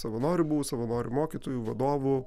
savanoriu buvau savanorių mokytoju vadovu